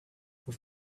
with